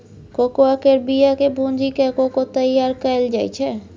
cocoa केर बिया केँ भूजि कय कोको तैयार कएल जाइ छै